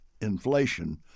inflation